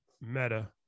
Meta